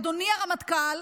אדוני הרמטכ"ל,